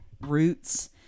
roots